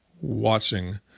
watching